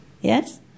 Yes